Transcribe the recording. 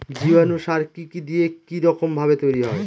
জীবাণু সার কি কি দিয়ে কি রকম ভাবে তৈরি হয়?